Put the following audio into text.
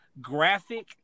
graphic